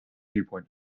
viewpoint